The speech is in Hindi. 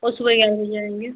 ओ सुबह ग्यारह बजे आएँगे